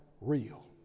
real